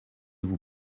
vous